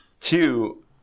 Two